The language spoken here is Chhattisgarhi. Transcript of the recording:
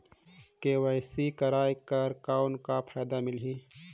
के.वाई.सी कराय कर कौन का फायदा मिलही?